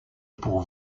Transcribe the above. pour